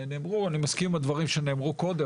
מסכים עם הדברים שנאמרו קודם,